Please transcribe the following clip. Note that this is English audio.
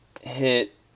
hit